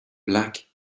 black